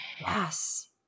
Yes